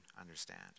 understand